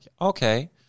okay